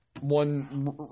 one